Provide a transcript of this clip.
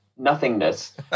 nothingness